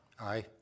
Aye